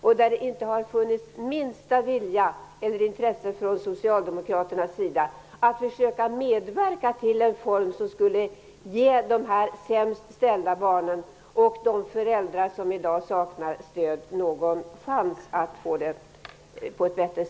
Där har det inte funnits minsta vilja eller intresse från Socialdemokraterna att försöka medverka till en form som skulle ge de sämst ställda barnen och de föräldrar som i dag saknar stöd någon chans att få det bättre.